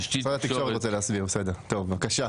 משרד התקשורת רוצה להסביר, בסדר, בבקשה.